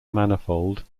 manifold